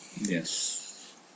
Yes